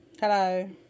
hello